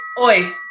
Oi